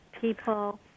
people